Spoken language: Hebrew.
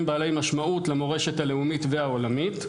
בעלי משמעות למורשת הלאומית והעולמית.